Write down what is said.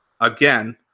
again